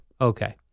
Okay